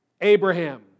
Abraham